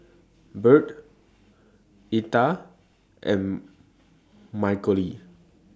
Birt Etta and Michaele